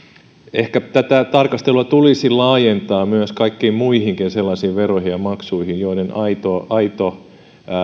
ehkä tätä tarkastelua tulisi laajentaa kaikkiin muihinkin sellaisiin veroihin ja maksuihin joiden aito aito